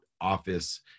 office